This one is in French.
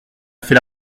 fait